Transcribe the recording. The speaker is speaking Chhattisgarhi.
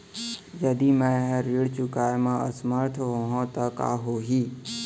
यदि मैं ह ऋण चुकोय म असमर्थ होहा त का होही?